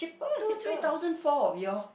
two three thousand four of you all